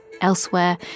elsewhere